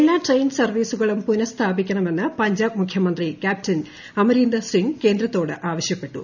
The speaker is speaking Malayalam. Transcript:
എല്ലാ ട്രെയിൻ സർവീസുകളും പുനഃസ്ഥാപിക്കണ മെന്ന് പഞ്ചാബ് മുഖ്യമന്ത്രി ക്യാപ്റ്റൻ അമരീന്ദർ സിംഗ് കേന്ദ്രത്തോട് ആവശ്യപ്പെട്ടു